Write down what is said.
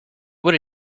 would